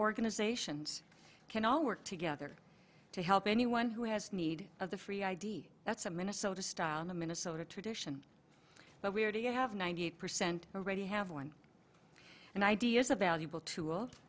organizations can all work together to help anyone who has need of the free id that's a minnesota style in the minnesota tradition but we are to have ninety eight percent already have one and ideas a valuable